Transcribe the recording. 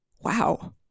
wow